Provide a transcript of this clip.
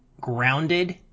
grounded